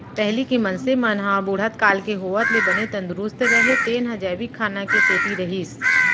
पहिली के मनसे मन ह बुढ़त काल के होवत ले बने तंदरूस्त रहें तेन ह जैविक खाना के सेती रहिस